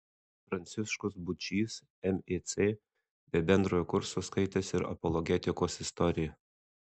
pranciškus būčys mic be bendrojo kurso skaitęs ir apologetikos istoriją